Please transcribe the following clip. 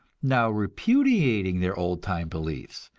now repudiating their old-time beliefs,